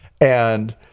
and-